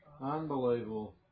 Unbelievable